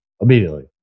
Immediately